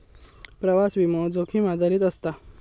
प्रवास विमो, जोखीम आधारित असता